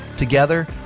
Together